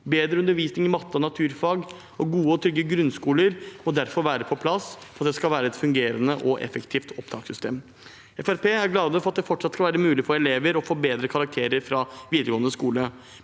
Bedre undervisning i matte og naturfag og gode og trygge grunnskoler må derfor være på plass for at det skal være et fungerende og effektivt opptakssystem. Fremskrittspartiet er glad for at det fortsatt skal være mulig for elever å forbedre karakterer fra videregående skole.